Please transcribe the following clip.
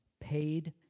paid